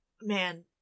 man